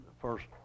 first